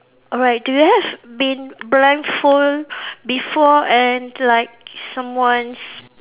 alright do you have been blindfold before and like someone